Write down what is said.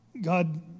God